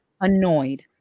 annoyed